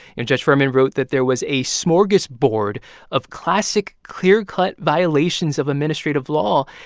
and judge furman wrote that there was a smorgasbord of classic, clear-cut violations of administrative law.